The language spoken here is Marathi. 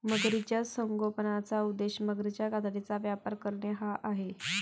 मगरीच्या संगोपनाचा उद्देश मगरीच्या कातडीचा व्यापार करणे हा आहे